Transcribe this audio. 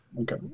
Okay